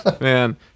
Man